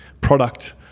product